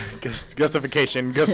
justification